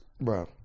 Bro